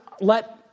let